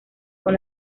con